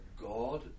God